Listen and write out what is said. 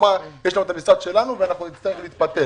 הוא אמר שיש להם את המשרד שלהם והם יצטרכו לבדוק.